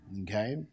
Okay